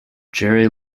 jerry